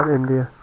India